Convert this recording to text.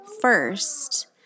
first